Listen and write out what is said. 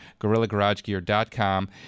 GorillaGarageGear.com